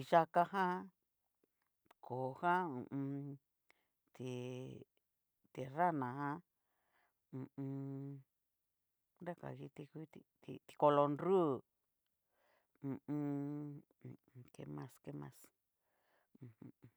Ti' yakajan, koó jan ho o on. ti ti ranajan hu u un. nraga kiti nguti, ti tikolo nruu, ho o on. que mas, que mas ujum.